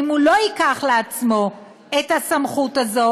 אם הוא לא ייקח לעצמו את הסמכות הזאת